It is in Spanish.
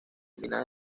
minas